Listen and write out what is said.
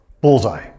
bullseye